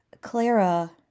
Clara